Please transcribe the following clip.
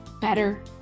better